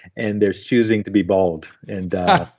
and there's choosing to be bald and